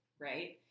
right